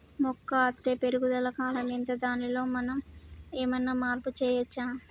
మొక్క అత్తే పెరుగుదల కాలం ఎంత దానిలో మనం ఏమన్నా మార్పు చేయచ్చా?